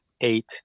eight